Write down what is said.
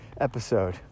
episode